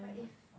but if